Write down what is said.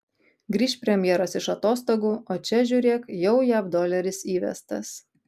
grįš premjeras iš atostogų o čia žiūrėk jau jav doleris įvestas